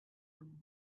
one